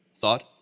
thought